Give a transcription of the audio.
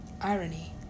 Irony